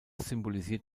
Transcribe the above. symbolisiert